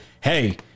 hey